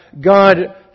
God